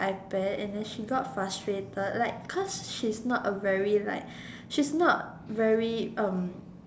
iPad and than she got frustrated like cause she is not a very like she is not very um